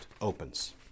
opens